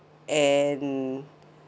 and